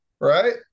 Right